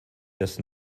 dass